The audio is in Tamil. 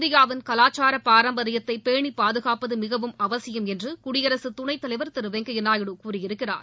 இந்தியாவின் கலாச்சார பாரம்பரியத்தை பேணி பாதுகாப்பது மிகவும் அவசியம் என்று குடியரக துணைத்தலைவர் திரு வெங்கையா நாயுடு கூறியிருக்கிறார்